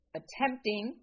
attempting